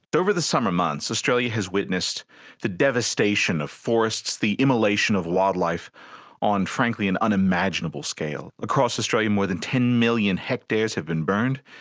over the summer months, australia has witnessed the devastation of forests, the immolation of wildlife on frankly an unimaginable scale. across australia more than ten million hectares have been burnt.